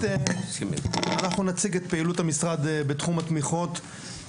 אנחנו נציג את פעילות המשרד בתחום התמיכות,